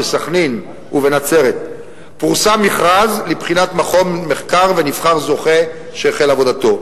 בסח'נין ובנצרת פורסם מכרז לבחירת מכון מחקר ונבחר זוכה שהחל עבודתו.